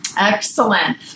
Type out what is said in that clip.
Excellent